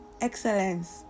excellence